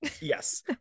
Yes